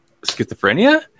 schizophrenia